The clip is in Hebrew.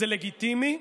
זה לגיטימי.